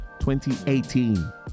2018